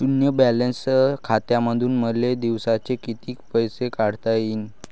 शुन्य बॅलन्स खात्यामंधून मले दिवसाले कितीक पैसे काढता येईन?